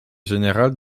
général